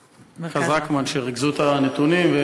סליחה, ולמרכז רקמן, שריכזו את הנתונים.